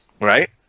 right